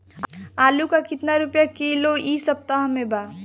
आलू का कितना रुपया किलो इह सपतह में बा?